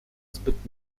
zbyt